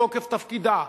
בתוקף תפקידה,